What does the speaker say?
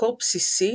מקור בסיסי